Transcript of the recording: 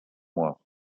mois